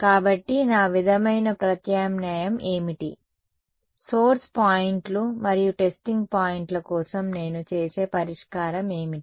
కాబట్టి నా విధమైన ప్రత్యామ్నాయం ఏమిటి సోర్స్ పాయింట్లు మరియు టెస్టింగ్ పాయింట్ల కోసం నేను చేసే పరిష్కారం ఏమిటి